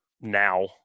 now